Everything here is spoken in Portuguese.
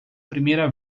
primeira